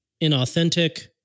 inauthentic